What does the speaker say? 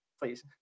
please